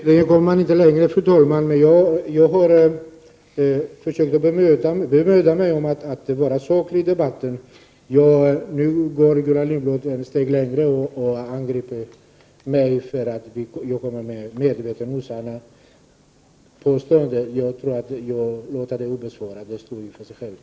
Fru talman! Tydligen kommer vi inte längre. Jag har emellertid försökt bemöda mig om att vara saklig i debatten. Nu går Gullan Lindblad ett steg längre och angriper mig för att medvetet framföra osanna påståenden. Jag tänker inte bemöta detta, det får tala för sig självt.